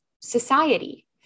society